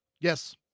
Yes